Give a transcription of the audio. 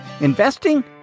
Investing